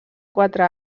quatre